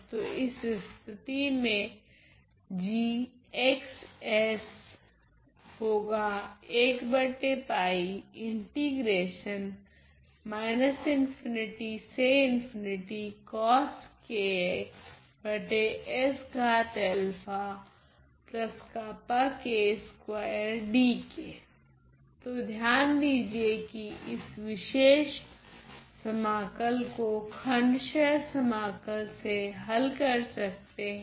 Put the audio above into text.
तो इस स्थिति में तो ध्यान दीजिए कि इस विशेष समाकल को खण्डशह समाकल से हल कर सकते है